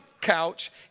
couch